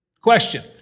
Question